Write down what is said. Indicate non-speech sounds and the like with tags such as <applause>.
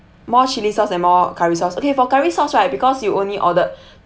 more chilli sauce and more curry sauce okay for curry sauce right because you only ordered <breath>